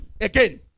again